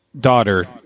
daughter